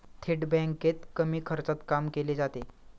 थेट बँकेत कमी खर्चात काम केले जाते